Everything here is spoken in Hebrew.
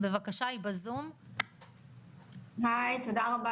אני באה בכלל